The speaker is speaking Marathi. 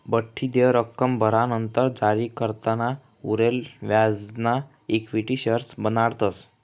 बठ्ठी देय रक्कम भरानंतर जारीकर्ताना उरेल व्याजना इक्विटी शेअर्स बनाडतस